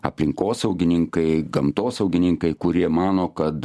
aplinkosaugininkai gamtosaugininkai kurie mano kad